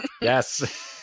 Yes